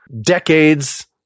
decades